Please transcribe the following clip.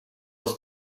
was